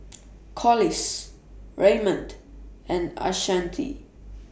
Collis Raymond and Ashanti